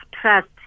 trust